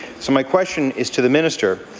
so, my question is to the minister,